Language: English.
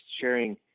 sharing